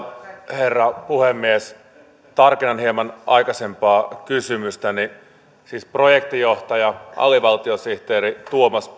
herra puhemies tarkennan hieman aikaisempaa kysymystäni siis projektijohtaja alivaltiosihteeri tuomas